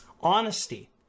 Honesty